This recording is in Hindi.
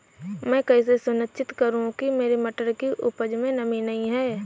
मैं कैसे सुनिश्चित करूँ की मटर की उपज में नमी नहीं है?